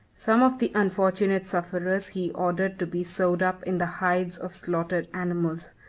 some of the unfortunate sufferers he ordered to be sewed up in the hides of slaughtered animals,